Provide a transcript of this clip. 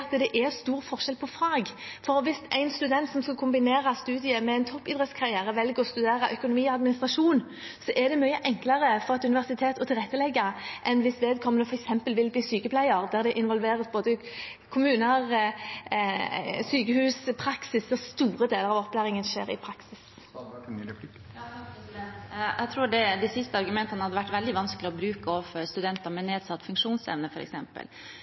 at det er stor forskjell på fag. Hvis en student som skal kombinere studiet med en toppidrettskarriere, velger å studere økonomi og administrasjon, er det mye enklere for et universitet å tilrettelegge enn hvis vedkommende f.eks. vil bli sykepleier, der både kommuner og sykehus involveres, og der store deler av opplæringen skjer i praksis. Jeg tror de siste argumentene hadde vært veldig vanskelige å bruke overfor studenter med nedsatt funksjonsevne,